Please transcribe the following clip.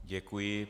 Děkuji.